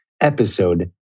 episode